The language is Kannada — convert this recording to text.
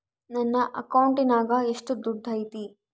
ನನ್ನ ಅಕೌಂಟಿನಾಗ ಎಷ್ಟು ದುಡ್ಡು ಐತಿ?